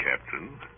Captain